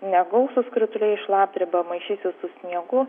negausūs krituliai šlapdriba maišysis su sniegu